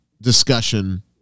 discussion